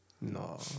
No